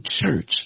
church